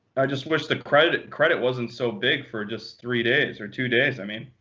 i just wish the credit credit wasn't so big for just three days, or two days, i mean.